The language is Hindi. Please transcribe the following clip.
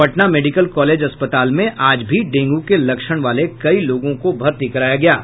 पटना मेडिकल कॉलेज अस्पताल में आज भी डेंगू के लक्षण वाले कई लोगों को भर्ती कराया गया है